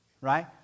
right